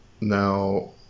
Now